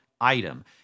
item